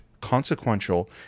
consequential